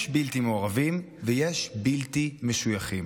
יש בלתי מעורבים ויש בלתי משויכים,